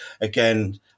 again